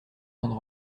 rendre